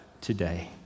today